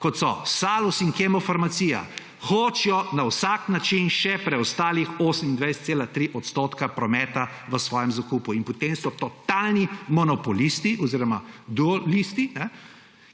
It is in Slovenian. kot sta Salus in Kemofarmacija, hočejo na vsak način še preostalih 28,3 % prometa v svojem zakupu in potem so totalni monopolisti oziroma dualisti,